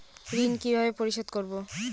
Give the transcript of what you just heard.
ঋণ কিভাবে পরিশোধ করব?